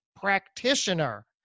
practitioner